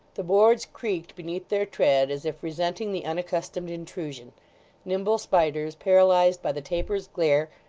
the boards creaked beneath their tread, as if resenting the unaccustomed intrusion nimble spiders, paralysed by the taper's glare,